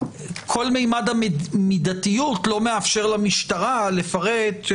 כל ממד המידתיות לא מאפשר למשטרה לפרט.